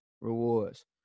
rewards